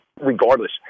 regardless